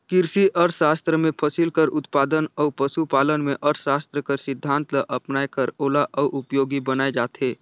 किरसी अर्थसास्त्र में फसिल कर उत्पादन अउ पसु पालन में अर्थसास्त्र कर सिद्धांत ल अपनाए कर ओला अउ उपयोगी बनाए जाथे